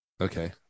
Okay